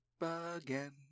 again